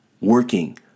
working